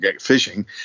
fishing